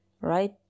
right